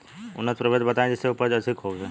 उन्नत प्रभेद बताई जेसे उपज अधिक होखे?